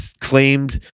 claimed